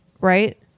right